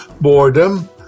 boredom